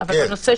כן, זה עלה